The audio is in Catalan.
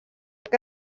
que